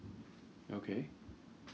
okay